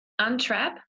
untrap